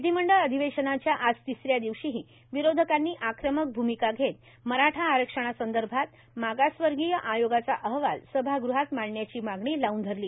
विधीमंडळ अधिवेशनाच्या आज तिसऱ्या दिवशीही विरोधकांनी आक्रमक भूमिका घेत मराठा आरक्षणासंदर्भात मागासवर्गीय आयोगाचा अहवाल सभागृहात मांडण्याची मागणी लावून धरली